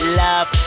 love